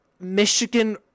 Michigan